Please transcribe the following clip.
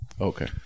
Okay